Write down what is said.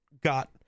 got